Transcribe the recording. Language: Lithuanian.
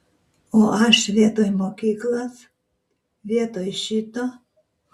o aš vietoj mokyklos vietoj šito